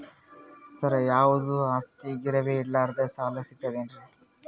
ಸರ, ಯಾವುದು ಆಸ್ತಿ ಗಿರವಿ ಇಡಲಾರದೆ ಸಾಲಾ ಸಿಗ್ತದೇನ್ರಿ?